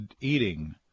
eating